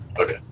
Okay